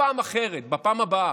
זה בפעם אחרת, בפעם הבאה.